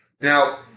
Now